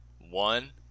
one